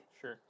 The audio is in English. Sure